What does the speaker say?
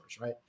right